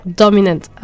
dominant